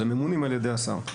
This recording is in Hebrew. זה ממונים על ידי השר,